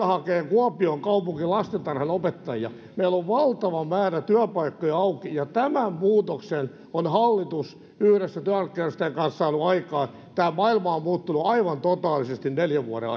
haki kuopion kaupunki lastentarhanopettajia meillä on valtava määrä työpaikkoja auki ja tämän muutoksen on hallitus yhdessä työmarkkinajärjestöjen kanssa saanut aikaan tämä maailma on muuttunut aivan totaalisesti neljän vuoden